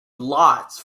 lots